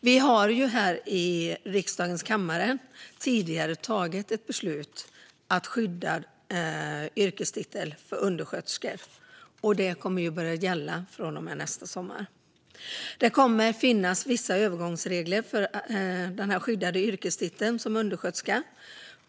Vi har i riksdagens kammare tidigare fattat ett beslut om att skydda yrkestiteln för undersköterskor. Det beslutet kommer att börja gälla från och med nästa sommar. Det kommer att finnas vissa övergångsregler för den skyddade yrkestiteln undersköterska.